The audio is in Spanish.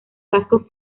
casco